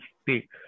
speak